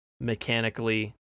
mechanically